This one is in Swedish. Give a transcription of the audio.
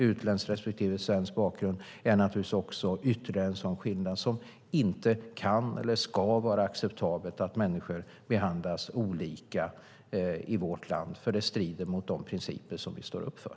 Utländsk respektive svensk bakgrund är naturligtvis ytterligare en sådan skillnad. Det är inte acceptabelt att människor behandlas olika i vårt land på grund av dessa skillnader eftersom det strider mot de principer som vi står upp för.